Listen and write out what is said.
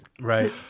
Right